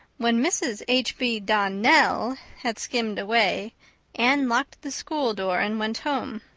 when mrs. h. b. donnell had skimmed away anne locked the school door and went home.